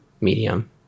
medium